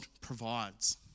provides